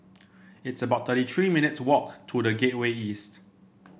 it's about thirty three minutes' walk to The Gateway East